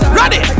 ready